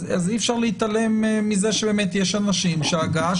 אז אי אפשר להתעלם מזה שבאמת יש אנשים שההגעה